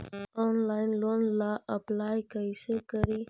Online loan ला apply कैसे करी?